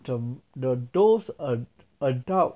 the the those ad~ adult